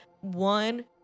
one